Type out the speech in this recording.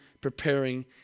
preparing